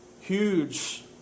Huge